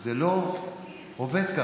זה לא עובד ככה.